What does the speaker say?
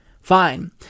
Fine